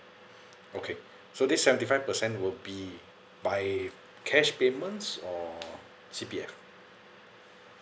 okay so this seventy five percent will be by cash payments or C_P_F